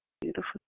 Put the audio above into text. Beautiful